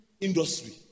industry